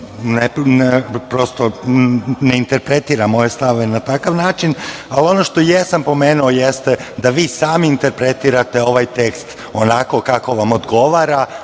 ne interpretira moje stavove na takav način. Ali ono što jesam pomenuo jeste da vi sami interpretirate ovaj tekst onako kako vam odgovara,